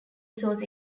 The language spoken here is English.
source